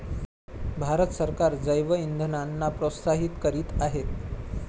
भारत सरकार जैवइंधनांना प्रोत्साहित करीत आहे